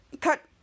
cut